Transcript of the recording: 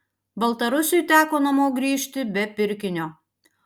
baltarusiui teko namo grįžti be pirkinio